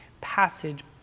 passage